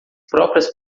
próprias